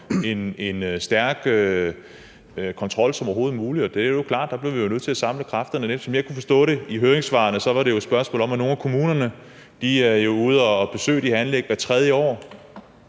stærk kontrol som overhovedet muligt. Det er jo klart, at der bliver vi nødt til at samle kræfterne. Som jeg kunne forstå det ud fra høringssvarene, er sagen jo den, at nogle af kommunerne er ude at besøge de her anlæg en gang hvert tredje år.